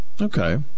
Okay